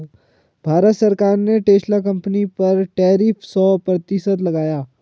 भारत सरकार ने Tesla company पर टैरिफ सो प्रतिशत लगाया